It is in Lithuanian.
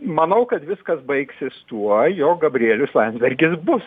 manau kad viskas baigsis tuo jog gabrielius landsbergis bus